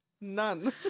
None